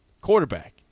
quarterback